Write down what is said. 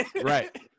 Right